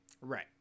right